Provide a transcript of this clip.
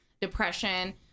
depression